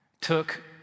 took